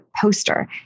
poster